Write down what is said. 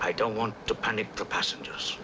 i don't want to panic the passengers